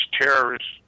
terrorists